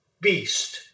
beast